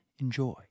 Enjoy